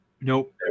Nope